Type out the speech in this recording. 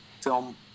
film